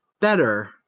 better